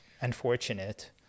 unfortunate